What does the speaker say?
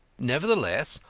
nevertheless,